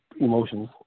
emotions